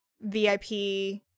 VIP